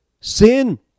sin